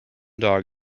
dog